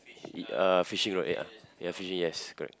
it uh fishing rod ya ya fishing yes correct